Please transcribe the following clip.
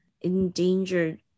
endangered